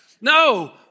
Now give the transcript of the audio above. No